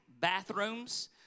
bathrooms